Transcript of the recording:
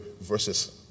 versus